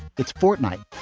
it's fortnight.